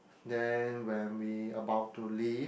then when we about to leave